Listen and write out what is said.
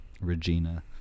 Regina